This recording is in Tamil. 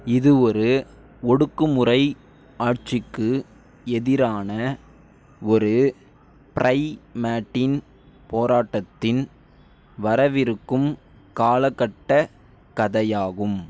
இது ஒரு ஒடுக்குமுறை ஆட்சிக்கு எதிரான ஒரு ப்ரைமேட்டின் போராட்டத்தின் வரவிருக்கும் காலகட்டக் கதையாகும்